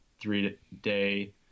three-day